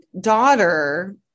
daughter